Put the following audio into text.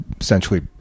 essentially